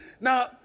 now